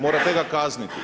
Morate ga kazniti.